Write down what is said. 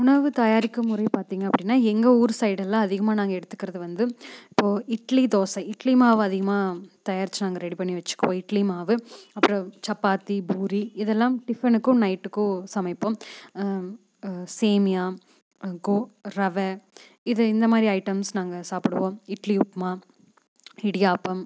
உணவு தயாரிக்கும் முறை பார்த்தீங்க அப்படின்னா எங்கள் ஊர் சைடு எல்லாம் அதிகமாக நாங்கள் எடுத்துக்கிறது வந்து இப்போது இட்லி தோசை இட்லி மாவு அதிகமாக தயாரித்து நாங்கள் ரெடி பண்ணி வச்சுக்குவோம் இட்லி மாவு அப்புறம் சப்பாத்தி பூரி இதெல்லாம் டிஃபனுக்கும் நைட்டுக்கும் சமைப்போம் சேமியாக கோ ரவை இது இந்த மாதிரி ஐட்டம்ஸ் நாங்கள் சாப்பிடுவோம் இட்லி உப்புமா இடியாப்பம்